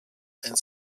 and